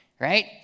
right